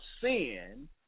sin